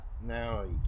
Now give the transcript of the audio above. Now